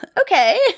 okay –